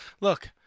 Look